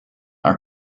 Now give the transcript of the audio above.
are